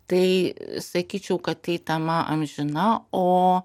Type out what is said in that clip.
tai sakyčiau kad tai tema amžina o